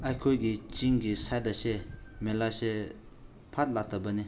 ꯑꯩꯈꯣꯏꯒꯤ ꯆꯤꯡꯒꯤ ꯁꯥꯏꯠ ꯑꯁꯦ ꯃꯦꯂꯥꯁꯦ ꯐꯠ ꯂꯥꯛꯇꯕꯅꯤ